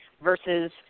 versus